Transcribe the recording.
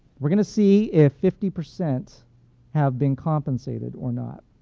we're going to see if fifty percent have been compensated or not.